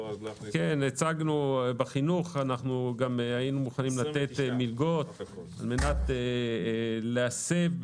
בחינוך היינו מוכנים לתת מלגות על מנת להסב,